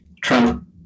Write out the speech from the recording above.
Trump